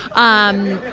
um,